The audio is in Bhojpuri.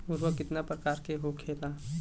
उर्वरक कितना प्रकार के होखेला?